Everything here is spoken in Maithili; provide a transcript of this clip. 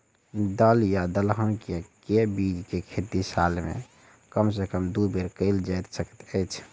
दल या दलहन केँ के बीज केँ खेती साल मे कम सँ कम दु बेर कैल जाय सकैत अछि?